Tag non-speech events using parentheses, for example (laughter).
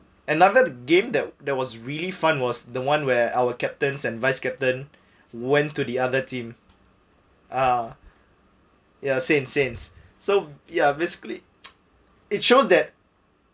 another game that that was really fun was the one where our captains and vice captain went to the other team ah ya sanes sanes so ya basically (noise) it shows that